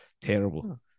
terrible